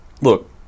look